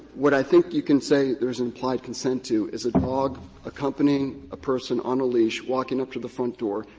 what i think you can say there is implied consent to is a dog accompanying a person on a leash walking up to the front door,